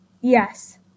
Yes